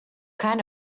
kind